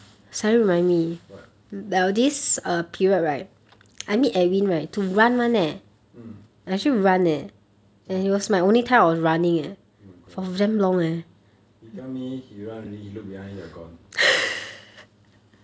what mm ah oh my god he tell me he run already he look behind you are gone